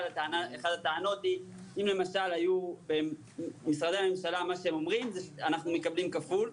אחת הטענות של משרדי הממשלה היא שאנחנו מקבלים כפול,